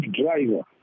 driver